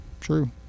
True